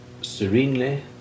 serenely